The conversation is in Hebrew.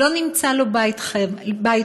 לא נמצא לו בית חם.